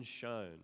shown